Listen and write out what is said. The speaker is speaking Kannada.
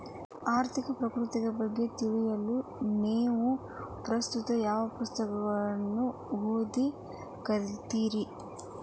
ಆರ್ಥಿಕ ಪ್ರವೃತ್ತಿಗಳ ಬಗ್ಗೆ ತಿಳಿಯಲು ನೇವು ಪ್ರಸ್ತುತ ಯಾವ ಪುಸ್ತಕಗಳನ್ನ ಓದ್ಲಿಕತ್ತಿರಿ?